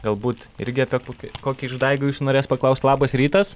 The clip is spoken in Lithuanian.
galbūt irgi apie kokį kokį išdaigą jūsų norės paklaust labas rytas